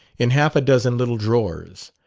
in half a dozen little drawers.